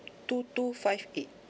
two two five eight